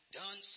done